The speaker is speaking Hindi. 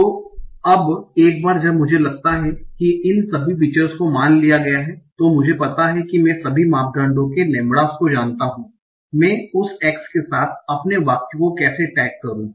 तो अब एक बार जब मुझे लगता है कि इन सभी फीचर्स को मान लिया गया है तो मुझे पता है कि मैं सभी मापदंडों के लेम्ब्ड़ास को जानता हूं मैं उस x के साथ अपने वाक्य को कैसे टैग करूं